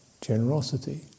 generosity